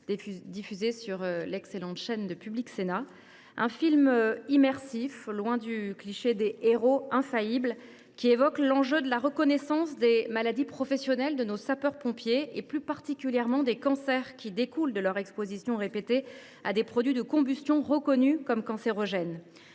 diffusé sur l’excellente chaîne Public Sénat. Loin du cliché des héros infaillibles, ce film immersif évoque l’enjeu de la reconnaissance des maladies professionnelles de nos sapeurs pompiers, plus particulièrement des cancers causés par leur exposition répétée à des produits de combustion reconnus comme cancérogènes.